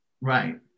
Right